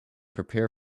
prepare